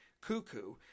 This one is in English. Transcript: Cuckoo